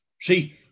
see